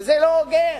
וזה לא הוגן.